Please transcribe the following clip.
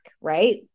right